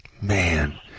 Man